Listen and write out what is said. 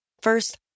First